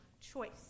choice